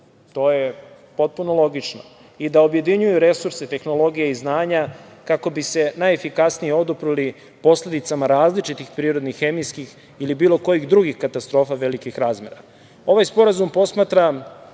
To je potpuno logično i da objedinjuju resurse, tehnologije i znanja kako bi se najefikasnije oduprli posledicama različitih prirodnih, hemijskih ili bilo kojih drugih katastrofa velikih razmera. Ovaj sporazum posmatram